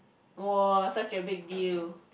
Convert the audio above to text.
!wah! such a big deal